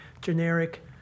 generic